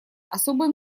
особое